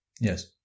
Yes